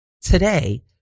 today